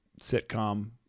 sitcom